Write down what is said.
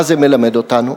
מה זה מלמד אותנו?